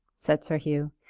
said sir hugh,